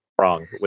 Wrong